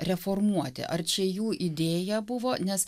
reformuoti ar čia jų idėja buvo nes